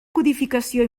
codificació